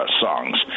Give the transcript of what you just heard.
songs